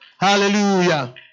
Hallelujah